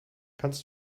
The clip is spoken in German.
kannst